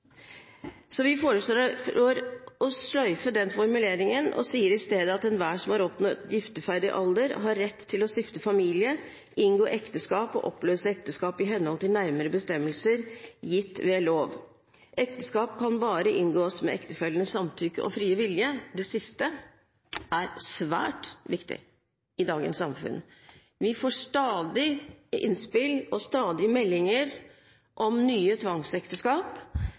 Vi foreslår å sløyfe den formuleringen og sier isteden: «Enhver, som har opnaaet giftefærdig Alder, har Ret til at stifte Familie, indgaa Ægteskab og opløse Ægteskab i Henhold til nærmere Bestemmelser givne ved Lov. Ægteskab kan kun indgaaes med Ægtefællernes Samtykke og frie Vilje.» Det siste er svært viktig i dagens samfunn. Vi får stadig innspill og stadig meldinger om nye tvangsekteskap.